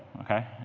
okay